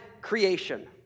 creation